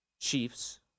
Chiefs